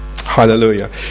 Hallelujah